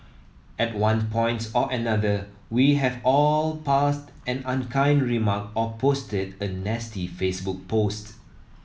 at one point or another we have all passed an unkind remark or posted a nasty Facebook post